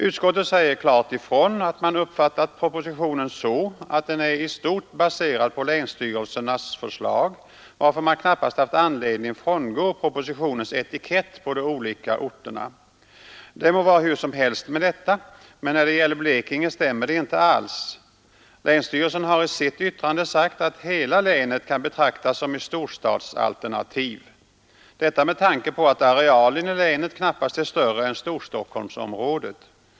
Utskottet säger klart ifrån att man uppfattat propositionen så, att den är i stort baserad på länsstyrelsernas förslag, varför man knappast haft anledning frångå propositionens etikett på de olika orterna. Det må vara hur som helst med detta, men när det gäller Blekinge stämmer det inte alls. Länsstyrelsen har i sitt yttrande sagt att hela länet kan betraktas som ett storstadsalternativ, detta med tanke på att arealen i länet knappast är större än Storstockholmsområdet.